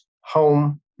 home